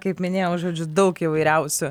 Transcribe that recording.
kaip minėjau žodžiu daug įvairiausių